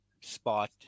spot